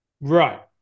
Right